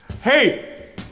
Hey